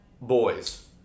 Boys